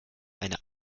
eine